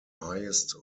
highest